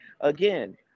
again